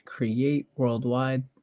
createworldwide